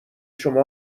شما